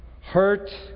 hurt